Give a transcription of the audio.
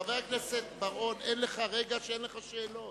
חבר הכנסת בר-און, אין לך רגע שאין לך שאלות.